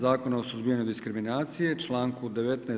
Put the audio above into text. Zakon o suzbijanju diskriminacije, članku 19.